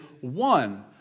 one